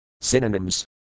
Synonyms